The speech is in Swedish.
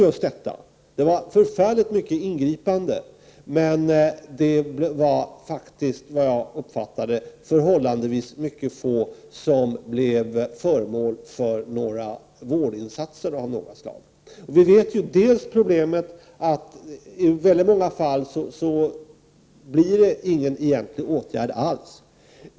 Det gjordes förfärligt många ingripanden, men det var förhållandevis få som blev föremål för vårdinsatser av något slag. I många fall vidtas det inte alls några egentliga åtgärder.